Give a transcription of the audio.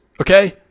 Okay